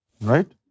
right